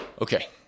Okay